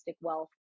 wealth